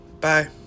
Bye